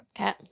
Okay